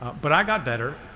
but i got better,